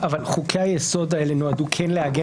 אבל לשיטתך חוקי היסוד האלה נועדו לעגן